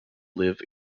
live